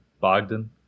Bogdan